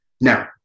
Now